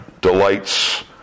delights